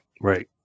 right